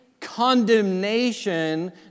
condemnation